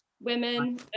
Women